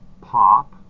Pop